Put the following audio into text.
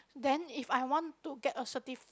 then if I want to get a certif~